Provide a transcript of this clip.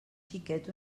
xiquet